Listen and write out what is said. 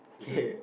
okay